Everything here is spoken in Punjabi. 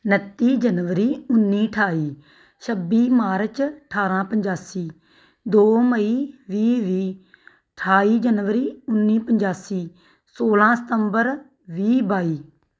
ਉਣੱਤੀ ਜਨਵਰੀ ਉੱਨੀ ਅਠਾਈ ਛੱਬੀ ਮਾਰਚ ਅਠਾਰਾਂ ਪਚਾਸੀ ਦੋ ਮਈ ਵੀਹ ਵੀਹ ਅਠਾਈ ਜਨਵਰੀ ਉੱਨੀ ਪਚਾਸੀ ਸੋਲ਼ਾਂ ਸਤੰਬਰ ਵੀਹ ਬਾਈ